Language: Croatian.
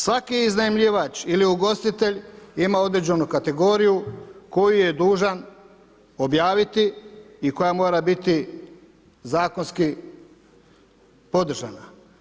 Svaki iznajmljivač ili ugostitelj ima određenu kategoriju koju je dužan objaviti i koja mora biti zakonski podržana.